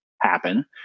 happen